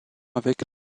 avec